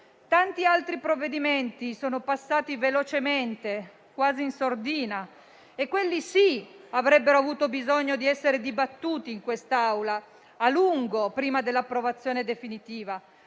Tanti altri provvedimenti sono passati velocemente, quasi in sordina, eppure, quelli sì, avrebbero avuto bisogno di essere dibattuti a lungo in quest'Aula prima dell'approvazione definitiva.